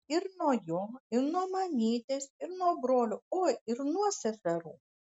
ir nuo jo ir nuo mamytės ir nuo brolių oi ir nuo seserų